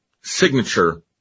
signature